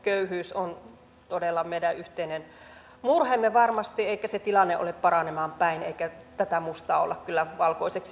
lapsiperheköyhyys on todella meidän yhteinen murheemme varmasti eikä se tilanne ole paranemaan päin eikä tätä mustaa olla kyllä valkoiseksi missään nimessä selittämässäkään